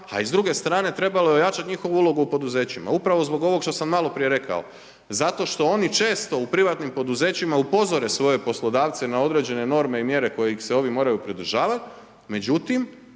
A s druge strane treba ojačati njihovu ulogu u poduzećima. Upravo zbog ovog što sam malo prije rekao, zato što oni često u privatnim poduzećima upozore svoje poslodavce na određene norme i mjere kojih se ovi moraju pridržavat, međutim,